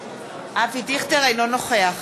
אינו נוכח